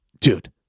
dude